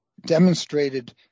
demonstrated